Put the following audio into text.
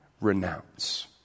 renounce